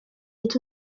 est